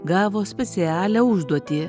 gavo specialią užduotį